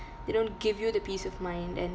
they don't give you the piece of mind and